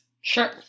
Sure